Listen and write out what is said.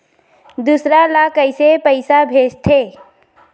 दूसरा ला कइसे पईसा भेजथे?